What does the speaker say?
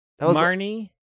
Marnie